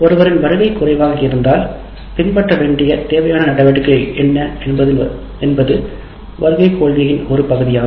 ஒருவர் வருகை குறைவாக இருந்தால் பின்பற்ற வேண்டிய தேவையான நடவடிக்கைகள் என்ன என்பது வருகைக் கொள்கையின் ஒரு பகுதியாகும்